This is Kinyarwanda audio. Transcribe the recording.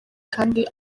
kandi